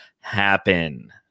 happen